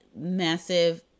massive